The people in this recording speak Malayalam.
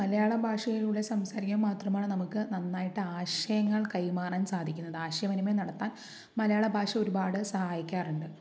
മലയാള ഭാഷയിലൂടെ സംസാരിക്കാൻ മാത്രമാണ് നമുക്ക് നന്നായിട്ട് ആശയങ്ങൾ കൈമാറാൻ സാധിക്കുന്നത് ആശയവിനിമയം നടത്താൻ മലയാളഭാഷ ഒരുപാട് സഹായിക്കാറുണ്ട്